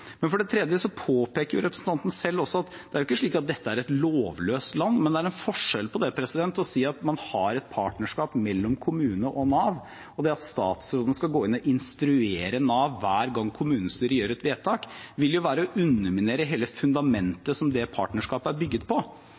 For det tredje påpeker jo representanten selv også at det ikke er slik at dette er et lovløst land, men det er forskjell på det og å si at man har et partnerskap mellom kommune og Nav. Det at statsråden skal gå inn og instruere Nav hver gang kommunestyret gjør et vedtak, vil jo være å underminere hele det fundamentet som det partnerskapet er bygget på.